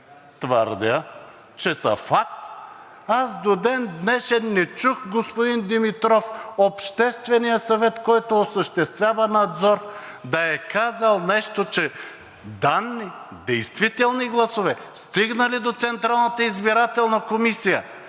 твърдя, че са факт. Аз до ден днешен не чух, господин Димитров, Общественият съвет, който осъществява надзор, да е казал нещо, че данни и действителни гласове, стигнали до Централната избирателна комисия,